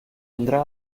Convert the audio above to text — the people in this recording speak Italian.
andrà